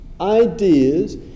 ideas